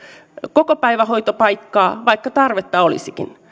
kokopäivähoitopaikkaa vaikka tarvetta olisikin